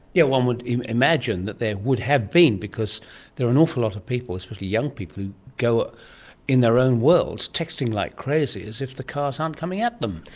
yeah one would imagine that there would have been because there are an awful lot of people, especially young people, who are in their own worlds, texting like crazy, as if the cars aren't coming at them.